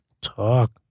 Talk